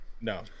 No